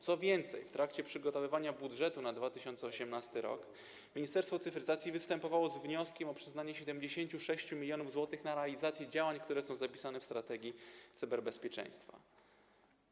Co więcej, w trakcie przygotowywania budżetu na 2018 r. Ministerstwo Cyfryzacji występowało z wnioskiem o przyznanie 76 mln zł na realizację działań, które są zapisane w Strategii Cyberbezpieczeństwa RP.